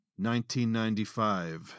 1995